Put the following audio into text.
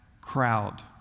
crowd